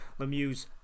Lemieux